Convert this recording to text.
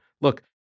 Look